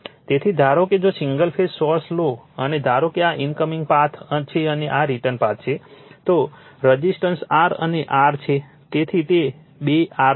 તેથી ધારો કે જો સિંગલ ફેઝ સોર્સ લો અને ધારો કે આ ઇનકમિંગ પાથ છે અને આ રીટર્ન પાથ છે તો રઝિસ્ટન્સ R અને R છે તેથી તે બે R હશે